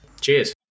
Cheers